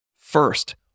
First